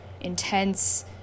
intense